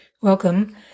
Welcome